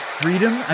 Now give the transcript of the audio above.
freedom